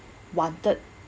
wanted